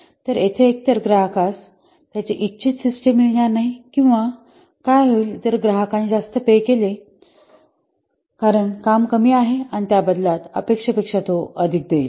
तर येथे एकतर ग्राहकास त्याची इच्छित सिस्टम मिळणार नाही किंवा काय होईल जर ग्राहकाने जास्त पे केले कारण काम कमी आहे आणि त्या बदल्यात अपेक्षेपेक्षा अधिक देईल